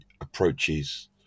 approaches